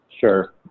Sure